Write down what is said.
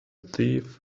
thief